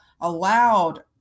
allowed